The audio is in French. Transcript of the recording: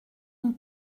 une